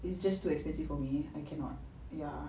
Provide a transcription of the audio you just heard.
it's just too expensive for me I cannot ya